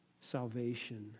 salvation